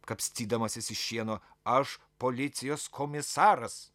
kapstydamasis iš šieno aš policijos komisaras